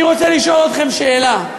אני רוצה לשאול אתכם שאלה,